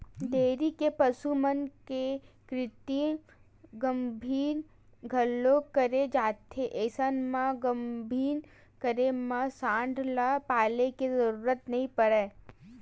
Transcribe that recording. dairy के पसु मन के कृतिम गाभिन घलोक करे जाथे अइसन म गाभिन करे म सांड ल पाले के जरूरत नइ परय